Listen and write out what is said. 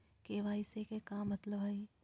KYC के का मतलब हई?